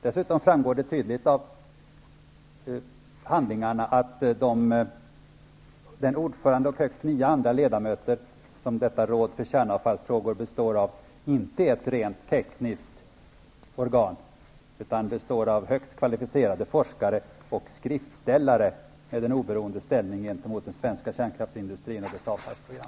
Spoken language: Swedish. Det framgår tydligt av handlingarna att detta råd för kärnfallsfrågor, bestående av ordförande och högst nio andra ledamöter, inte är ett rent tekniskt organ. Det består av högt kvalificerade forskare och skriftställare med en oberoende ställning gentemot den svenska kärnkraftsindustrin och dess avfallsprogram.